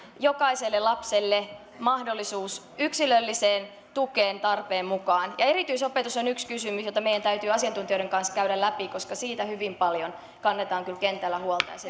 jokaiselle lapselle mahdollisuus yksilölliseen tukeen tarpeen mukaan ja erityisopetus on yksi kysymys jota meidän täytyy asiantuntijoiden kanssa käydä läpi koska siitä hyvin paljon kannetaan kyllä kentällä huolta ja se